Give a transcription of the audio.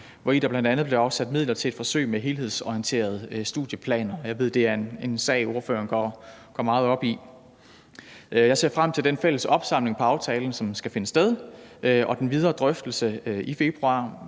hvori der bl.a. blev afsat midler til et forsøg med helhedsorienterede studieplaner. Jeg ved, det er en sag, ordføreren går meget op i. Jeg ser frem til den fælles opsamling på aftalen, som skal finde sted, og den videre drøftelse i februar,